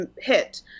hit –